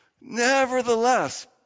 Nevertheless